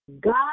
God